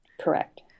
Correct